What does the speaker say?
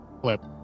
Clip